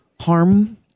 harm